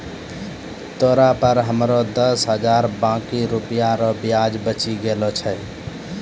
तोरा पर हमरो दस हजार बाकी रुपिया रो ब्याज बचि गेलो छय